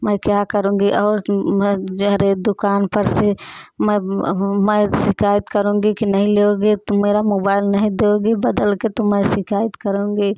मैं क्या करूँगी और मैं जा रही दुकान पर से मैं और मैं शिकायत करूँगी कि नहीं लोगे तो मेरा मोबाइल नहीं दोगी बदल के तो मैं शिकायत करूँगी